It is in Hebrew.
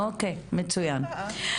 אוקיי, מצוין.